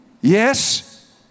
yes